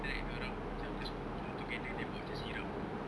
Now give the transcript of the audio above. then after that dia orang macam just kumpul together then buat macam syrup